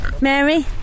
Mary